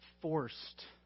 forced